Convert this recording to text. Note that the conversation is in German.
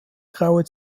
graue